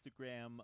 Instagram